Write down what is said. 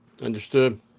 understood